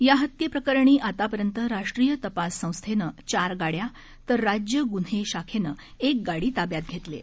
या हत्ये प्रकरणी आतापर्यंत राष्ट्रीय तपास संस्थेनं चार गाड्या तर राज्य गुन्हे शाखेनं एक गाडी ताब्यात घेतली आहे